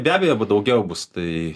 be abejo daugiau bus tai